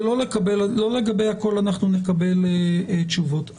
לא לגבי הכול אנחנו נקבל תשובות.